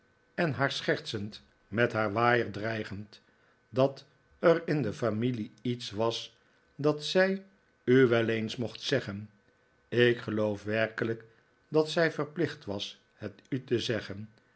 en haar schertsend met haar waaier dreigend dat er in de familie ie'ts was dat zij u wel eens mocht zeggen ik geloof werkelijk dat zij verplicht was het u te zeggen